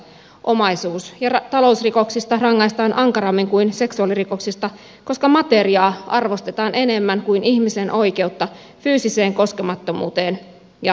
omaisuus ja talousrikoksista rangaistaan ankarammin kuin seksuaalirikoksista koska materiaa arvostetaan enemmän kuin ihmisen oikeutta fyysiseen koskemattomuuteen ja itsemääräämiseen